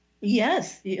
Yes